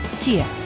Kia